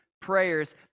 prayers